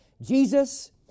Jesus